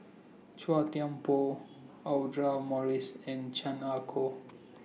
Chua Thian Poh Audra Morrice and Chan Ah Kow